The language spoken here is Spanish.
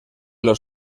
los